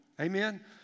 Amen